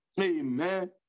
Amen